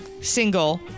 single